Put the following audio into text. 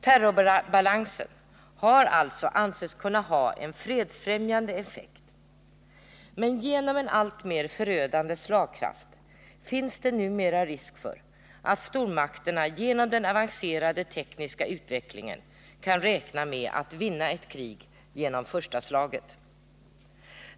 Terrorbalansen har alltså ansetts kunna ha en fredsfrämjande effekt, men genom en alltmer förödande slagkraft finns det numera risk för att stormakterna genom den avancerade tekniska utvecklingen kan räkna med att vinna ett krig genom första slaget.